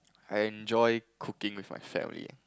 I enjoy cooking with my family